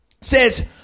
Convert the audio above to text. says